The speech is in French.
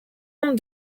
nombre